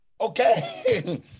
okay